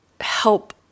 help